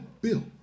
Bill